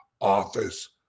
office